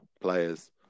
players